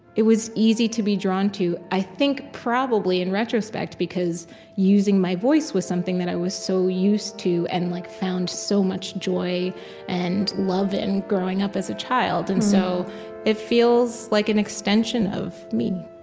it was easy to be drawn to i think, probably, in retrospect, because using my voice was something that i was so used to and like found so much joy and love in, growing up, as a child. and so it feels like an extension of me